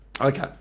Okay